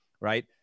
right